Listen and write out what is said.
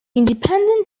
independent